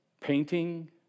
painting